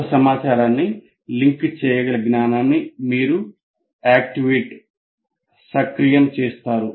క్రొత్త సమాచారాన్ని లింక్ చేయగల జ్ఞానాన్ని మీరు సక్రియం చేస్తారు